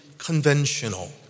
conventional